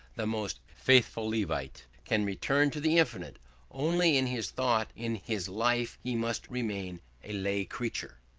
the most faithful levite can return to the infinite only in his thought in his life he must remain a lay creature.